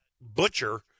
butcher